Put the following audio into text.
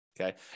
Okay